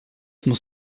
muss